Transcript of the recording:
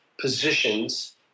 positions